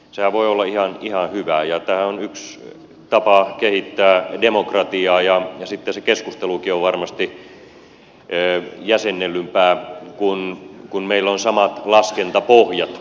sehän voi olla ihan hyvä ja tämä on yksi tapa kehittää demokratiaa ja sitten se keskustelukin on varmasti jäsennellympää kun meillä on samat laskentapohjat